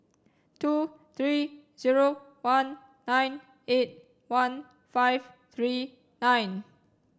two three zero one nine eight one five three nine